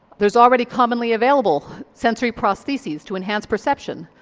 there's already commonly available sensory prostheses to enhance perception,